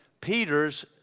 Peter's